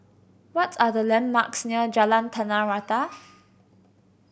what are the landmarks near Jalan Tanah Rata